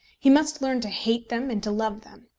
he must learn to hate them and to love them.